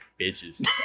bitches